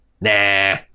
Nah